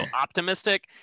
optimistic